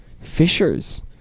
Fishers